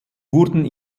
wurden